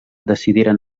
decidiren